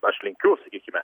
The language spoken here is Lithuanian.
aš linkiu sakykime